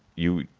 you